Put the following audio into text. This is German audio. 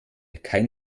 kein